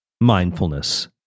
Mindfulness